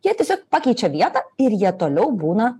jie tiesiog pakeičia vietą ir jie toliau būna